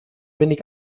wenig